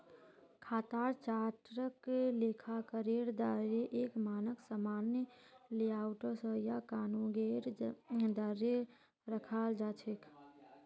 खातार चार्टक लेखाकारेर द्वाअरे एक मानक सामान्य लेआउट स या कानूनेर द्वारे रखाल जा छेक